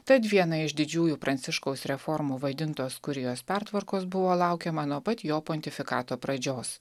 tad viena iš didžiųjų pranciškaus reformų vadintos kurijos pertvarkos buvo laukiama nuo pat jo pontifikato pradžios